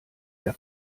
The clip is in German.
der